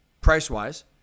price-wise